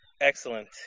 Excellent